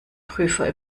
prüfer